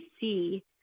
see